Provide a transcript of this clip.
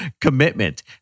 commitment